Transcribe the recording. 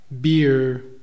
beer